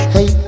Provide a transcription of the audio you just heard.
Hey